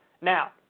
Now